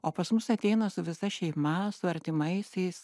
o pas mus ateina su visa šeima su artimaisiais